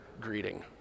greeting